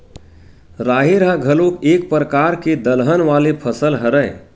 राहेर ह घलोक एक परकार के दलहन वाले फसल हरय